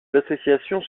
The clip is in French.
l’association